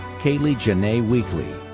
kaylee janee weakley.